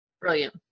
Brilliant